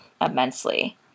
immensely